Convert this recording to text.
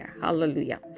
hallelujah